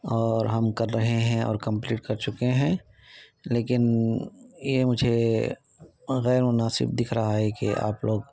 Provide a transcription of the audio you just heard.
اور ہم کر رہے ہیں اور کمپلیٹ کر چکے ہیں لیکن یہ مجھے غیر مناسب دکھ رہا ہے کہ آپ لوگ